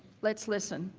let's listen.